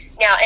Now